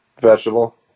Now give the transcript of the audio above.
Vegetable